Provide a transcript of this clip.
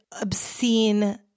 obscene